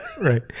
Right